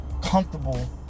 Comfortable